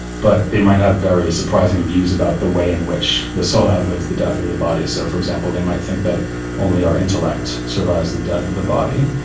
but they might have various surprising views about the way in which the soul outlives the death of the the body, so for example they might think that only our intellect survives the death of the body,